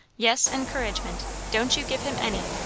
yes, encouragement. don't you give him any.